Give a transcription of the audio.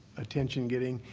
attention getting.